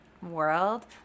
world